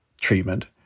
treatment